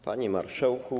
Panie Marszałku!